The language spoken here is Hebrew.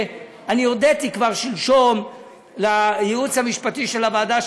אני הודיתי כבר שלשלום לייעוץ המשפטי של הוועדה,